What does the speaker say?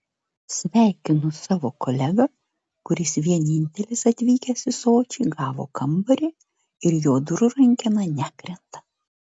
sveikinu savo kolegą kuris vienintelis atvykęs į sočį gavo kambarį ir jo durų rankena nekrenta